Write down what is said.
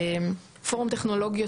פורום טכנולוגיות,